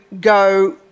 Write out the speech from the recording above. go